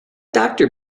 doctor